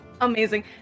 Amazing